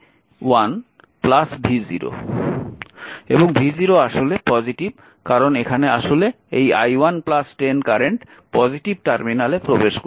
এবং v0 আসলে positive কারণ এখানে আসলে এই i1 10 কারেন্ট পজিটিভ টার্মিনালে প্রবেশ করছে